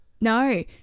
No